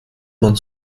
man